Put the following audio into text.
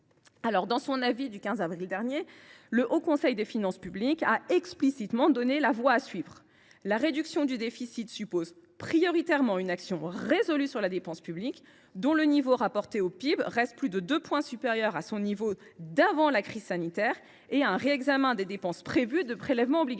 Dans son avis du 15 avril dernier, le Haut Conseil des finances publiques (HCFP) a explicitement indiqué la voie à suivre :« La réduction du déficit suppose prioritairement une action résolue sur la dépense publique, dont le niveau rapporté au PIB reste supérieur de plus de deux points à son niveau d’avant la crise sanitaire, et un réexamen des baisses prévues de prélèvements obligatoires.